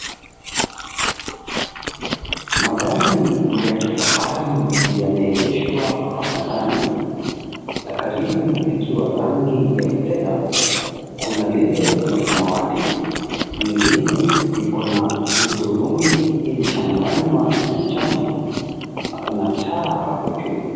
Magari ya kifahari yameegeshwa hapa ndani, la karibu likiwa rangi ya fedha, kuna lile la samawati, lingine liko na hudhurungi imechanganywa na njano na kuna taa hapo juu.